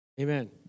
Amen